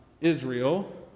Israel